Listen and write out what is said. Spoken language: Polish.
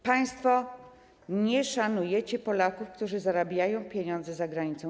Państwo nie szanujecie Polaków, którzy zarabiają pieniądze za granicą.